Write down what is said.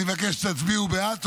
אני מבקש שתצביעו בעד.